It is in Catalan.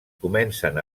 comencen